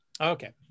Okay